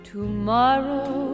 Tomorrow